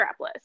strapless